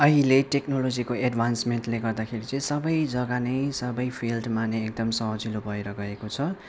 अहिले टेक्नोलोजीको एड्भान्समेन्टले गर्दाखेरि चाहिँ सबै जग्गा नै सबै फिल्डमा नै एकदम सजिलो भएर गएको छ